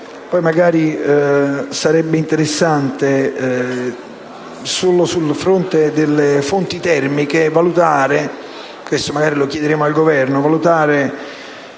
Magari sarebbe anche interessante, solo sul fronte delle fonti termiche, valutare - questo magari lo chiederemo al Governo - il fatto